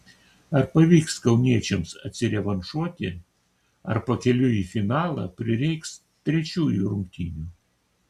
ar pavyks kauniečiams atsirevanšuoti ar pakeliui į finalą prireiks trečiųjų rungtynių